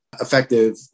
effective